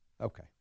Okay